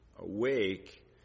awake